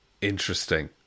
Interesting